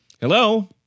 hello